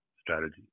strategy